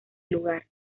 lugar